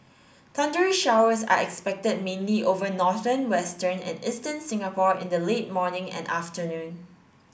thundery showers are expected mainly over northern western and eastern Singapore in the late morning and afternoon